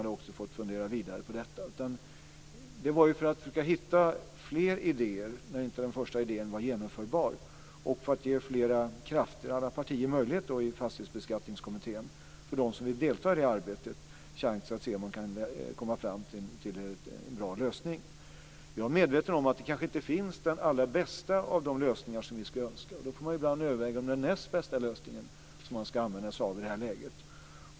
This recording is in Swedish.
Det var för att försöka att hitta fler idéer - när den första idén inte var genomförbar - och för att ge alla partier i Fastighetsbeskattningskommittén chans att se om man kan komma fram till en bra lösning. Jag är medveten om att det kanske inte finns den allra bästa lösning som vi skulle önska oss, och då får man överväga den näst bästa lösningen.